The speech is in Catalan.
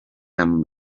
amb